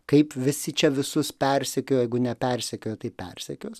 kaip visi čia visus persekioja jeigu nepersekioja tai persekios